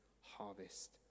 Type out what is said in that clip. harvest